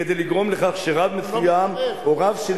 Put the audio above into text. כדי לגרום לכך שרב מסוים או רב של